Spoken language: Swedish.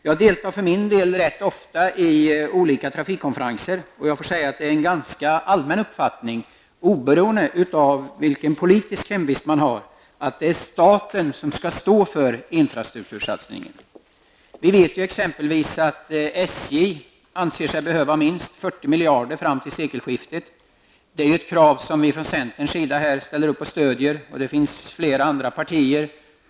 Jag deltar rätt ofta i olika trafikkonferenser, och det är en ganska allmän uppfattning, oberoende av vilken politisk hemvist man har, att det är staten som skall stå för infrastruktursatsningen. Vi vet exempelvis att SJ anser sig behöva minst 40 miljarder kronor fram till sekelskiftet. Det är ett krav som vi ifrån centern ställer upp på och stöder, och det gör också flera andra partier.